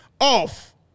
off